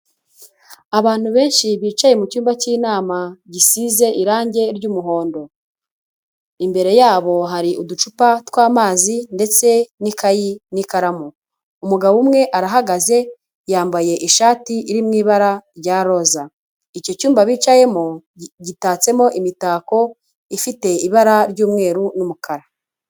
Abantu benshi bicaye mu cyumba cy'inama gisize irangi ry'umuhondo, imbere yabo hari uducupa tw'amazi ndetse n'ikayi n'ikaramu, umugabo umwe arahagaze, yambaye ishati iri mu ibara rya roza, icyo cyumba bicayemo, gitatsemo imitako ifite ibara ry'umweru n'umukara.